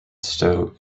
stowe